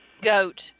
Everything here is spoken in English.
Goat